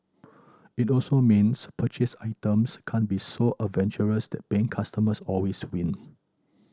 it also means purchased items can't be so advantageous that paying customers always win